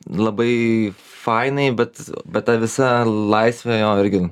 labai fainai bet bet ta visa laisvė jo irgi